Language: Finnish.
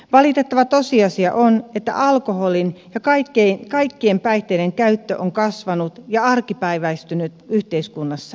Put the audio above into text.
valitettava tosiasia on että alkoholin ja kaikkien päihteiden käyttö on kasvanut ja arkipäiväistynyt yhteiskunnassamme